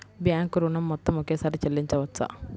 Bank ఋణం మొత్తము ఒకేసారి చెల్లించవచ్చా?